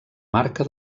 marca